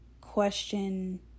question